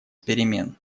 перемен